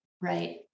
Right